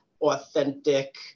authentic